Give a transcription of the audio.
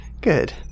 Good